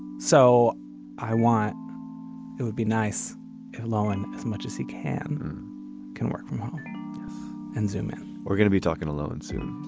so i want it would be nice alone as much as he can can work from home and zoom in. we're going to be talking alone soon.